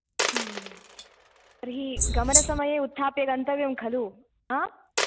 तर्हि गमनसमये उत्थाप्य गन्तव्यं खलु हा